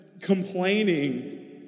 complaining